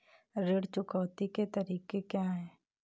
ऋण चुकौती के तरीके क्या हैं?